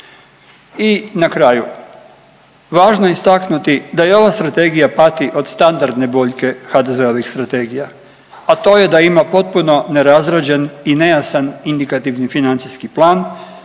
I na kraju važno je istaknuti da i ova strategija pati od standardne boljke HDZ-ovih strategija, a to je da ima potpuno nerazrađen i nejasan indikativni financijski plan